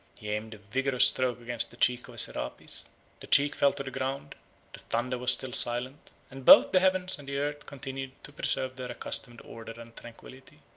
he aimed a vigorous stroke against the cheek of serapis the cheek fell to the ground the thunder was still silent, and both the heavens and the earth continued to preserve their accustomed order and tranquillity.